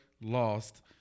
lost